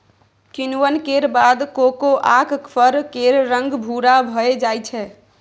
किण्वन केर बाद कोकोआक फर केर रंग भूरा भए जाइ छै